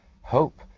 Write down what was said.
hope